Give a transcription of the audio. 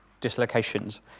dislocations